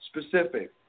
specific